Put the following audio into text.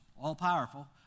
all-powerful